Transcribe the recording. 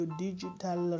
digital